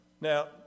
now